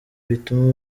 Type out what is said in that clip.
bituma